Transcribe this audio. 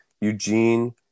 Eugene